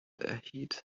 ahead